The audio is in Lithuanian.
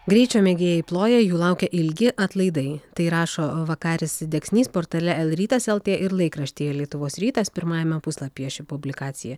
greičio mėgėjai ploja jų laukia ilgi atlaidai tai rašo vakaris deksnys portale lrytas lt ir laikraštyje lietuvos rytas pirmajame puslapyje ši publikacija